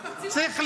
אז תציעו